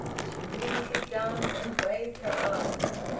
she really did dance, and waved her arms.